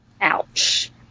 Ouch